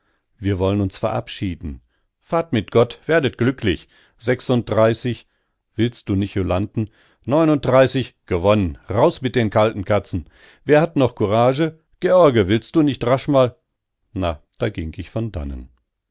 wir wollen uns verabschieden fahrt mit gott werdet glücklich sechsunddreißig willst du nicht jolanthen neununddreißig gewonnen raus mit den kalten katzen wer hat noch courage george willst du nicht rasch mal na da ging ich von dannen